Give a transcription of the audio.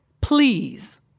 Please